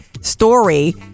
story